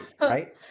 right